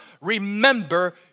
remember